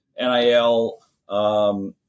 NIL